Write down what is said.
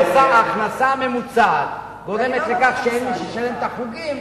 ההכנסה הממוצעת גורמת לכך שאין מי שישלם את החוגים.